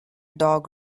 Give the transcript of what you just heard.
dog